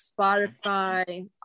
Spotify